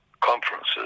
conferences